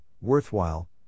worthwhile